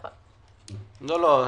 לא, לא,